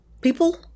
people